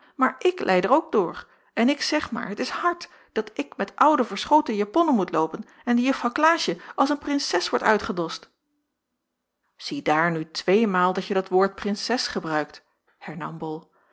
maar ik lij er ook door en ik zeg maar het is hard dat ik met oude verschoten japonnen moet loopen en die juffrouw klaasje als een prinses wordt uitgedost ziedaar nu tweemaal dat je dat woord prinses gebruikt hernam bol